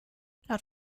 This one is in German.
laut